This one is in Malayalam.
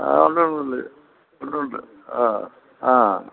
ആ ഉണ്ടുണ്ടുണ്ട് ഉണ്ട് ഉണ്ട് ആ ആ